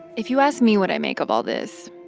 if you ask me what i make of all this,